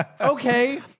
okay